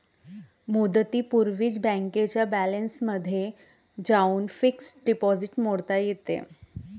मुदतीपूर्वीच बँकेच्या बॅलन्समध्ये जाऊन फिक्स्ड डिपॉझिट मोडता येते